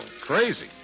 Crazy